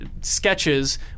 sketches